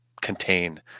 contain